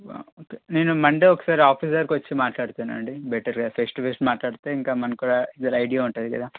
అంతే నేను మండే ఒకసారి ఆఫీస్ దగ్గరకొచ్చి మాట్లాడతానండి బెటర్ ఫేస్ టూ ఫేస్ మాట్లాడితే ఇంకా మనకు కూడా జర ఐడియా ఉంటుంది కదా